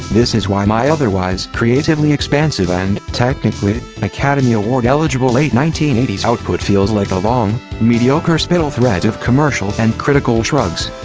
this is why my otherwise creatively expansive and, technically, academy award eligible late nineteen eighty s output feels like a long, mediocre spittle thread of commercial and critical shrugs.